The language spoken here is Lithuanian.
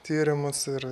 tyrimus ir